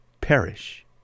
perish